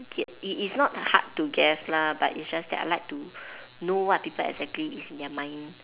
okay it is not hard to guess lah but it's just that I like to know what people exactly is in their mind